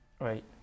Right